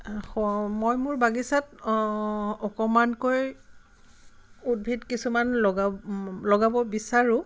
মই মোৰ বাগিচাত অকণমানকৈ উদ্ভিদ কিছুমান লগাব লগাব বিচাৰোঁ